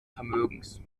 vermögens